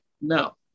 no